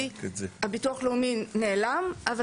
ביטוח לאומי נעלם מהרגע שחזרתי.